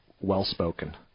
well-spoken